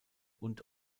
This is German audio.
und